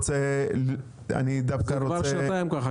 זה כבר שנתיים כך.